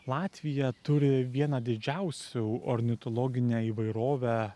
latvija turi vieną didžiausių ornitologinę įvairovę